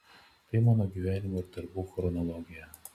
tai mano gyvenimo ir darbų chronologija